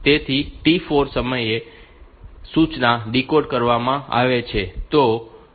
તેથી T4 સમયે સૂચના ડીકોડ કરવામાં આવે છે